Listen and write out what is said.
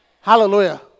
hallelujah